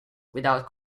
without